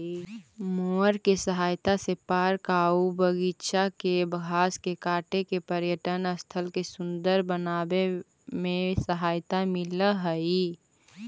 mower के सहायता से पार्क आऊ बागिचा के घास के काट के पर्यटन स्थल के सुन्दर बनावे में सहायता मिलऽ हई